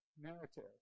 narrative